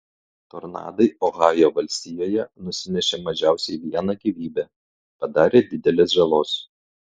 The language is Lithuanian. tornadai ohajo valstijoje nusinešė mažiausiai vieną gyvybę padarė didelės žalos